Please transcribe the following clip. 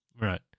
Right